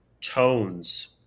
tones